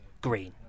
green